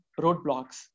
roadblocks